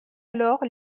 alors